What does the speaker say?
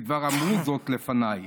וכבר אמרו זאת לפניי.